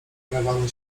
karawany